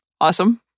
Awesome